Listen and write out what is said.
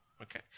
Okay